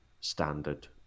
standard